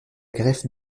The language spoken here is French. greffe